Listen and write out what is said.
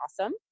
awesome